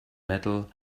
metal